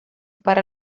para